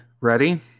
ready